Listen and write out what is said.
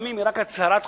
לפעמים היא רק הצהרת חוק,